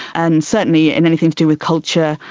and certainly in anything to do with culture,